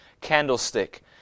candlestick